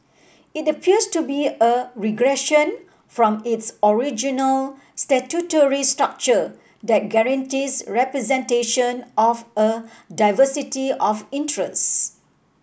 it appears to be a regression from its original statutory structure that guarantees representation of a diversity of interests